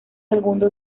segundo